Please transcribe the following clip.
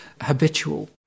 habitual